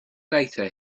later